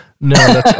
No